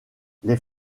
les